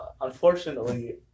Unfortunately